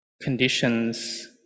conditions